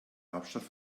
hauptstadt